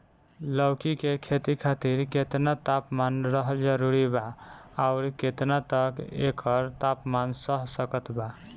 लौकी के खेती खातिर केतना तापमान रहल जरूरी बा आउर केतना तक एकर तापमान सह सकत बा?